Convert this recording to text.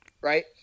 Right